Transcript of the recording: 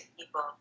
people